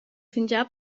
fingià